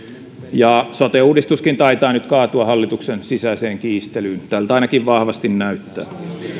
ja sote uudistuskin taitaa nyt kaatua hallituksen sisäiseen kiistelyyn tältä ainakin vahvasti näyttää